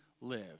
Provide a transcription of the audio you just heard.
live